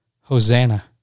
Hosanna